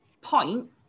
point